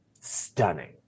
stunning